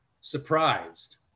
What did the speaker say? surprised